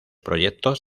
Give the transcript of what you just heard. proyectos